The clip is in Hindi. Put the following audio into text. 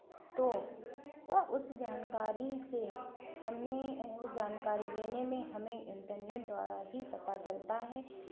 तो उस जानकारी से हमें वो जानकारी लेने में हमें इंटरनेट द्वारा ही पता चलता है